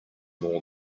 more